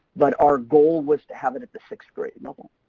but our goal was to have it at the sixth grade level.